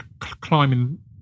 climbing